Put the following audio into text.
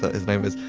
ah his name was,